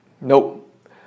Nope